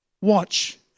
Watch